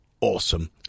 awesome